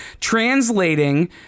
translating